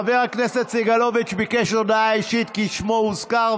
חבר הכנסת סגלוביץ' ביקש הודעה אישית כי שמו הוזכר.